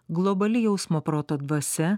globali jausmo proto dvasia